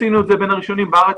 עשינו את זה בין הראשונים בארץ.